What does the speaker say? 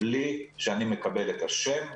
בלי שאני מקבל את השם,